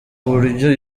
buryo